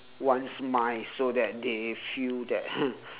one's mind so that they feel that